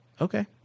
Okay